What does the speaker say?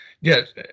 yes